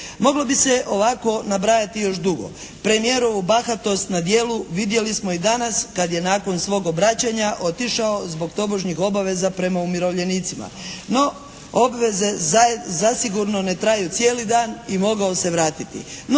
Moglo bi se ovako nabrajati još dugo. Premijerovu bahatost na djelu vidjeli smo i danas kad je nakon svog obraćanja otišao zbog tobožnjih obaveza prema umirovljenicima. No obveze zasigurno ne traju cijeli dan i mogao se vratiti.